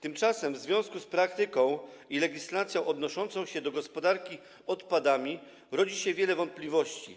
Tymczasem w związku z praktyką i legislacją odnoszącą się do gospodarki odpadami rodzi się wiele wątpliwości.